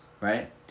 right